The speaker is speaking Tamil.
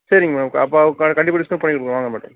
சரிங்க மேடம் அப்போ கண்டிப்பாக டிஸ்கவுண்ட் பண்ணிக்குவோம் வாங்க மேடம்